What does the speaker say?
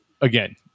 again